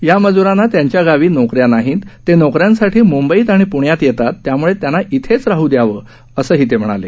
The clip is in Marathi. या मजुरांना त्यांच्या गावी नोकऱ्या नाहीत ते नोकऱ्यांसाठी मुंबई आणि प्ण्यात येतात त्यामुळे त्यांना इथेच राह द्यावं असही ते म्हणाले